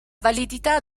validità